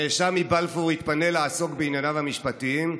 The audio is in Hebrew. הנאשם מבלפור יתפנה לעסוק בענייניו המשפטיים,